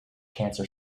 cancer